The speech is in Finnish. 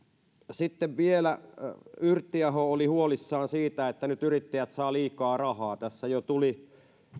sitten vielä yrttiaho oli huolissaan siitä että nyt yrittäjät saavat liikaa rahaa tässä jo tuli